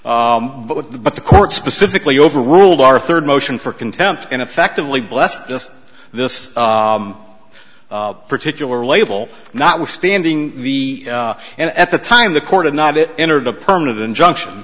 the but the court specifically overworld our third motion for contempt and effectively blessed just this particular label notwithstanding the and at the time the court of not it entered a permanent injunction